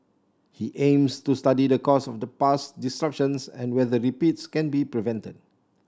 he aims to study the cause of the past disruptions and whether repeats can be prevented